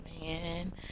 man